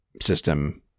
system